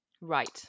Right